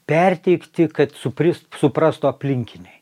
perteikti kad supris suprastų aplinkiniai